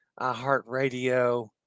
iHeartRadio